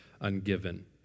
ungiven